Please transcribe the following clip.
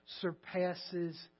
surpasses